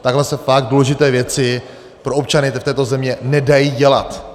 Takhle se tak důležité věci pro občany této země nedají dělat.